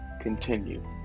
continue